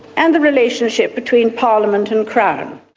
and the relationship between parliament and crown.